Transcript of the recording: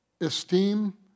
esteem